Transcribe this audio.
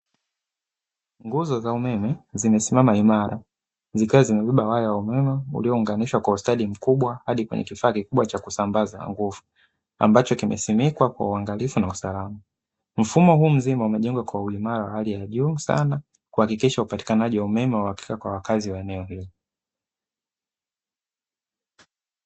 Nguzo za umeme zimesimama imara zikiwa zimebeba waya wa umemeuliounganishwa kwa ustadi mkubwa hadi kwenye kifaa kikubwa cha kusambaza kwa nguvu, ambacho kimesimikwa kwa uangalifu na usalama, mfumo huu mzima umejengwa kwa uimara wa hali ya juu sana kwa kuhakikisha upatikanaji wa umeme wa uhakika kwa wakaazi wa uneo hili.